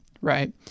right